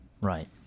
Right